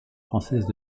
française